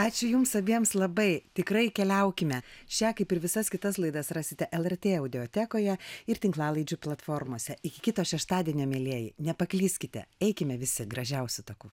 ačiū jums abiems labai tikrai keliaukime šią kaip ir visas kitas laidas rasite lrt audiotekoje ir tinklalaidžių platformose iki kito šeštadienio mielieji nepaklyskite eikime visi gražiausiu taku